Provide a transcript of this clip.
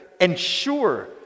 ensure